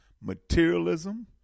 materialism